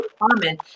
common